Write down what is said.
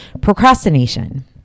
Procrastination